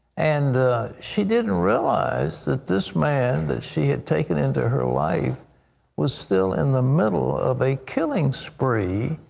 and she didn't realize that this man that she had taken into her life was still in the middle of a killing spree.